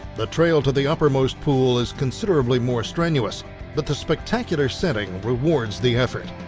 the trail to the uppermost pool is considerably more strenuous but the spectacular setting rewards the effort.